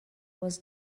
was